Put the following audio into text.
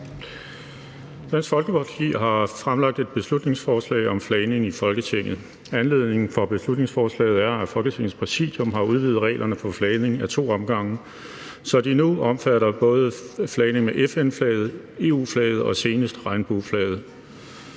Dansk Folkeparti har fremsat et beslutningsforslag om flagning i Folketinget. Anledningen for beslutningsforslaget er, at Folketingets Præsidium har udvidet reglerne for flagning ad to omgange, så de nu omfatter både flagning med FN-flaget, EU-flaget og senest regnbueflaget.